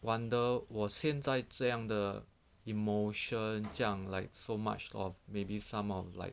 wonder 我现在这样的 emotion 这样 like so much of maybe some of like